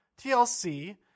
TLC